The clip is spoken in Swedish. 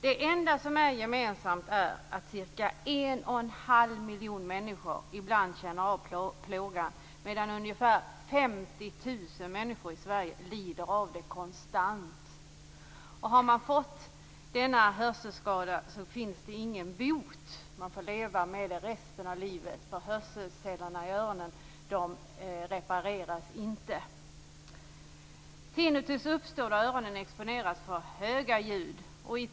Det enda gemensamma är att ca 1 1⁄2 miljon människor ibland känner av plågan medan ungefär 50 000 människor i Sverige lider av det konstant. Det finns ingen bot för denna hörselskada. Man får leva med den resten av livet. Hörselcellerna i öronen kan inte repareras. Tinnitus uppstår när öronen exponeras för höga ljud.